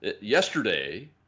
yesterday